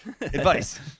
Advice